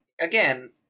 Again